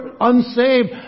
unsaved